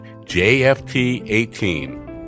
JFT18